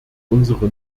unsere